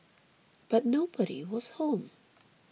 but nobody was home